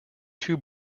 two